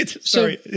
Sorry